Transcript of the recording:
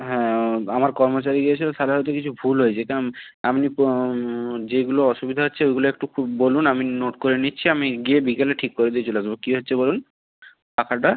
হ্যাঁ আমার কর্মচারী গিয়েছিল তাহলে হয়তো কিছু ভুল হয়েছে আপনি যেগুলো অসুবিধা হচ্ছে ওগুলো একটু বলুন আমি নোট করে নিচ্ছি আমি গিয়ে বিকেলে ঠিক করে দিয়ে চলে আসবো কী হচ্ছে বলুন পাখাটা